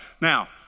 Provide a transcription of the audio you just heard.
Now